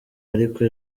ariko